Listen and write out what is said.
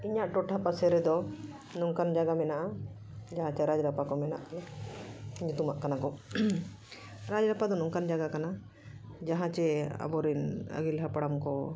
ᱤᱧᱟᱹᱜ ᱴᱚᱴᱷᱟ ᱯᱟᱥᱮ ᱨᱮᱫᱚ ᱱᱚᱝᱠᱟᱱ ᱡᱟᱭᱜᱟ ᱢᱮᱱᱟᱜᱼᱟ ᱡᱟᱦᱟᱸᱡᱮ ᱨᱟᱡᱽ ᱨᱟᱯᱟ ᱠᱚ ᱢᱮᱱᱟᱜ ᱜᱮᱭᱟ ᱧᱩᱛᱩᱢᱟᱜ ᱠᱟᱱᱟ ᱠᱚ ᱨᱟᱡᱽᱨᱟᱯᱟ ᱫᱚ ᱱᱚᱝᱠᱟᱱ ᱡᱟᱭᱜᱟ ᱠᱟᱱᱟ ᱡᱟᱦᱟᱸ ᱡᱮ ᱟᱵᱚᱨᱮᱱ ᱟᱹᱜᱤᱞ ᱦᱟᱯᱲᱟᱢ ᱠᱚ